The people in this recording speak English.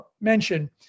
mention